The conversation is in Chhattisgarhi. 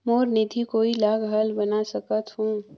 मोर निधि कोई ला घल बना सकत हो?